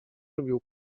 lubił